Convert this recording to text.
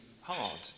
hard